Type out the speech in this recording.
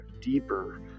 deeper